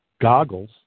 goggles